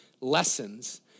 lessons